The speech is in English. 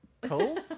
cool